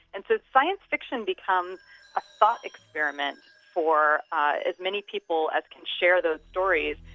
and so science fiction becomes a thought experiment for ah as many people as can share those stories,